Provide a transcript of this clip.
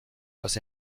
was